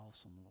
awesome